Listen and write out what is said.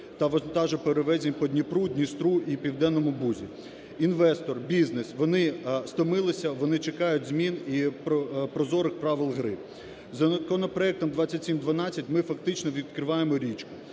вантажоперевезень по Дніпру, Дністру і Південному Бузі. Інвестор, бізнес – вони стомилися, вони чекають змін і прозорих правил гри. Законопроектом 2712 ми фактично відкриваємо річку.